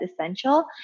essential